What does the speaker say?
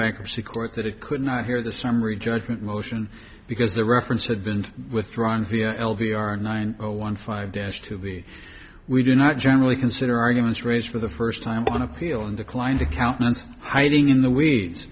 bankruptcy court that it could not hear the summary judgment motion because the reference had been withdrawn via l b r nine zero one five dash to the we do not generally consider arguments raised for the first time on appeal and declined to countenance hiding in the weeds